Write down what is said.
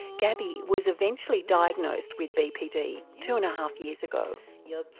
gabby was eventually diagnosed with bpd two and a half years ago. yeah